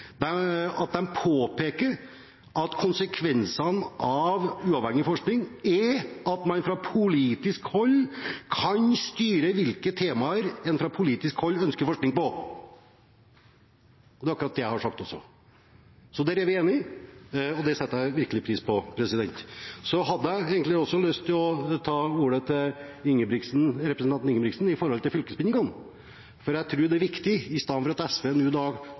de skriver i en merknad at «en konsekvens av dette er at man fra politisk hold kan styre hvilke temaer en fra politisk hold ønsker forskning på». Det er akkurat det jeg også har sagt, så der er vi enige, og det setter jeg virkelig pris på. Jeg hadde egentlig også lyst til å ta ordet til representanten Ingebrigtsen når det gjelder fylkesbindingene, for jeg tror at istedenfor at SV nå